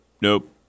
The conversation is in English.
nope